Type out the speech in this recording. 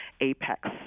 apex